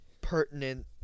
pertinent